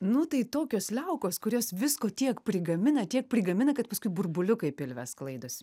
nu tai tokios liaukos kurios visko tiek prigamina tiek prigamina kad paskui burbuliukai pilve sklaidosi